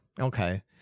okay